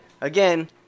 again